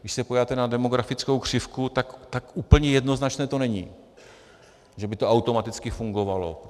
Když se podíváte na demografickou křivku, tak úplně jednoznačné to není, že by to automaticky fungovalo.